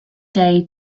day